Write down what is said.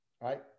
right